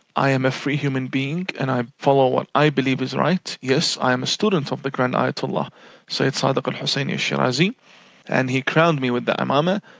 i am a free human being and i follow what i believe is right. yes, i am a student of the grand ayatollah sayid sadiq al-husseini shirazi and he crowned me with the imamah.